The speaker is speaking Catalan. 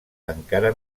encara